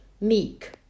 meek